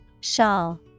Shawl